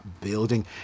building